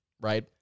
right